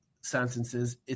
sentences